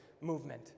movement